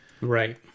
Right